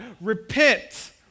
Repent